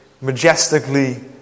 majestically